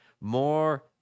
more